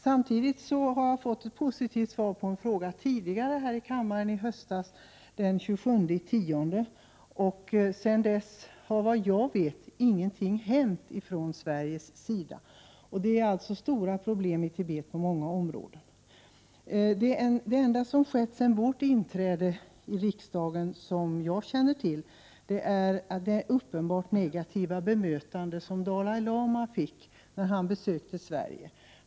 Jag har fått ett positivt svar på en fråga i detta ämne tidigare här i kammaren. Det var i höstas, den 27 oktober. Sedan dess har, såvitt jag vet, ingenting hänt från svensk sida i det här avseendet. Men problemen är stora i Tibet på många områden. Det enda som jag känner till som är värt att notera i det här fallet sedan miljöpartiets inträde i riksdagen är det uppenbart negativa bemötande som Dalai lama fick, när han besökte Sverige.